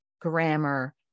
grammar